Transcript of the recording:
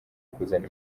kuzana